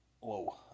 Whoa